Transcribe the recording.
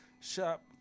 shop